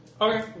Okay